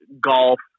golf